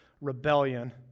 rebellion